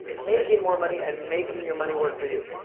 making more money and making your money work for you.